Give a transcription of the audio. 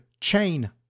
chain